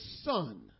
son